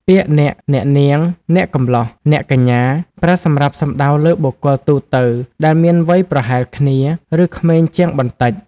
ពាក្យ អ្នក អ្នកនាង អ្នកកំលោះ អ្នកកញ្ញា ប្រើសម្រាប់សំដៅលើបុគ្គលទូទៅដែលមានវ័យប្រហែលគ្នា ឬក្មេងជាងបន្តិច។